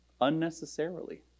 unnecessarily